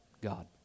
God